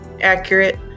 accurate